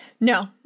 No